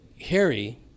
harry